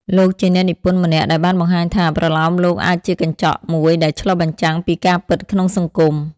លោកជាអ្នកនិពន្ធម្នាក់ដែលបានបង្ហាញថា ប្រលោមលោកអាចជាកញ្ចក់មួយដែលឆ្លុះបញ្ចាំងពីការពិតក្នុងសង្គម។